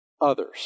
others